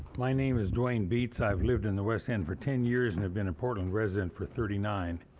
my name is duane beats. i have lived in the west end for ten years and have been a portland resident for thirty nine.